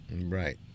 Right